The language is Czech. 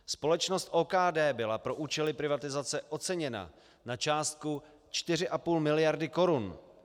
Společnost OKD byla pro účely privatizace oceněna na částku 4,5 mld. korun.